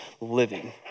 living